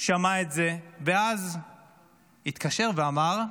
שמע את זה ואז התקשר ואמר,